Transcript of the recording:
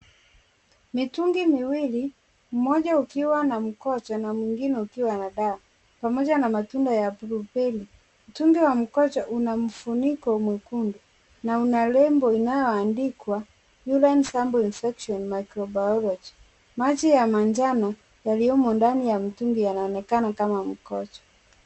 Mitungi miwili, mmoja ukiwa na mkojo na mwingine ukiwa na dawa pamoja na matunda ya blue berry . Mtungi wa mkojo una mfuniko mwekundu na una lebo inayoandikwa, Urine Sample Infection Microbiology . Maji ya manjano yaliyomo ndani ya mtungi yanaonekana kama mkojo.